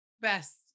best